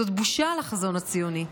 זאת בושה לחזון הציוני,